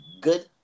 good